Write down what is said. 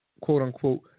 quote-unquote